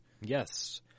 Yes